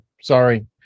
sorry